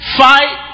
fight